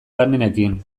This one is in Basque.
lanenekin